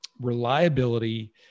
reliability